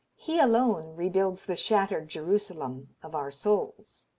he alone rebuilds the shattered jerusalem of our souls.